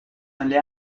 nelle